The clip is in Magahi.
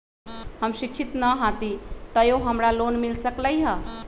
हम शिक्षित न हाति तयो हमरा लोन मिल सकलई ह?